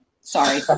sorry